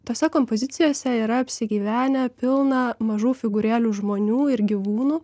tose kompozicijose yra apsigyvenę pilna mažų figūrėlių žmonių ir gyvūnų